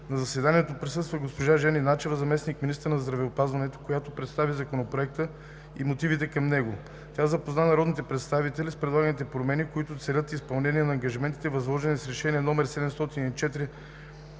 На заседанието присъства госпожа Жени Начева – заместник-министър на здравеопазването, която представи Законопроекта и мотивите към него. Тя запозна народните представители с предлаганите промени, които целят изпълнение на ангажиментите, възложени с Решение № 704